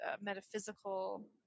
metaphysical